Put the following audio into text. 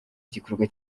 igikorwa